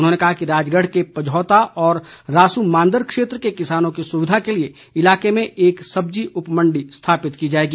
उन्होंने कहा कि राजगढ़ के पझौता और रासूमांदर क्षेत्र के किसानों की सुविधा के लिए इलाके में एक सब्जी उपमण्डी स्थापित की जाएगी